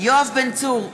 יואב בן צור,